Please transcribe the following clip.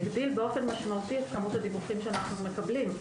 הגדיל באופן משמעותי את כמות הדיווחים שאנחנו מקבלים,